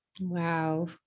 Wow